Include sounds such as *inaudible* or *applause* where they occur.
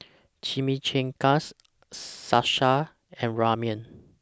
*noise* Chimichangas Salsa and Ramen